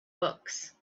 books